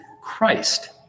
Christ